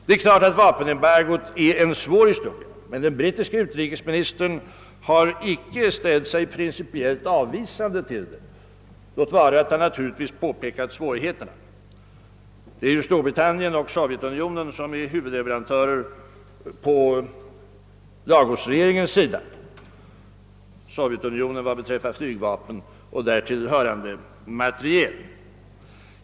Det är klart att vapenembargot är ett svårt problem, men den brittiske utrikesministern har icke ställt sig principiellt avvisande — låt vara att han naturligtvis pekat på svårigheterna. Det är ju Storbritannien och Sovjetunionen som är huvudleverantörer på Lagosregeringens sida, Sovjetunionen vad beträffar flygplan och därtill hörande materiel.